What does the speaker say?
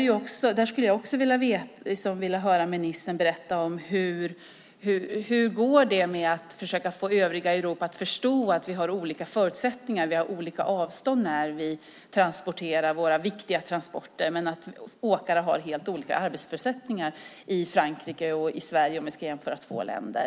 Jag skulle vilja höra ministern berätta om hur det går med att försöka få övriga Europa att förstå att vi har olika förutsättningar för våra viktiga transporter. Åkare har helt olika arbetsförutsättningar i Frankrike och Sverige, om jag ska jämföra två länder.